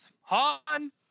Han